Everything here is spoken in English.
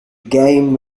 game